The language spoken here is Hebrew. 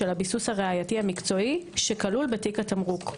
הביסוס הראייתי המקצועי שכלול בתיק התמרוק.